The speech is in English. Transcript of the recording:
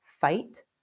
fight